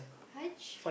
Haj